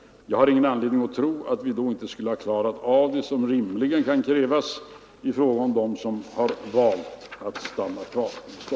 utflyttningen — Jag har ingen anledning att tro att vi då inte skall ha klarat av det som av statliga verk från rimligen kan krävas i fråga om dem som valt att stanna i Stockholm.